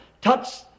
touch